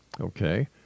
Okay